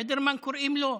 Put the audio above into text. פדרמן קוראים לו?